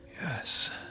Yes